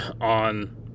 on